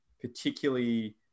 particularly